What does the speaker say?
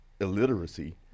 illiteracy